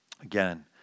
Again